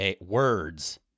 words